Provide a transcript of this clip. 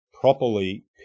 properly